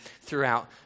throughout